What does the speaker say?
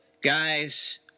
guys